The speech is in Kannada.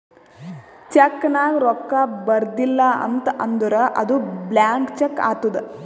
ಚೆಕ್ ನಾಗ್ ರೊಕ್ಕಾ ಬರ್ದಿಲ ಅಂತ್ ಅಂದುರ್ ಅದು ಬ್ಲ್ಯಾಂಕ್ ಚೆಕ್ ಆತ್ತುದ್